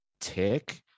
tick